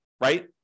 right